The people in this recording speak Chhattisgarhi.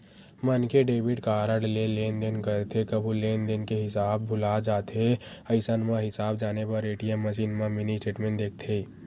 मनखे डेबिट कारड ले लेनदेन करथे कभू लेनदेन के हिसाब भूला जाथे अइसन म हिसाब जाने बर ए.टी.एम मसीन म मिनी स्टेटमेंट देखथे